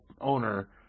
owner